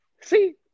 See